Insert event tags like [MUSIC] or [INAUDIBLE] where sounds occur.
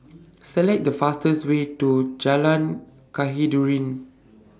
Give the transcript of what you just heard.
Select The fastest Way to Jalan [UNINTELLIGIBLE]